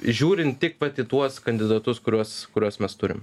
žiūrint tik vat į tuos kandidatus kuriuos kuriuos mes turim